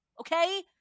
okay